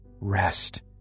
Rest